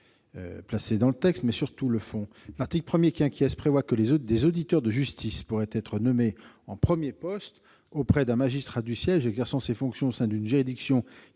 dans le texte par la commission. Sur le fond, l'article 1 prévoit que des auditeurs de justice pourraient être nommés en premier poste auprès d'un magistrat du siège exerçant ses fonctions au sein d'une juridiction